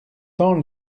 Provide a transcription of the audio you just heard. tant